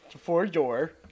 four-door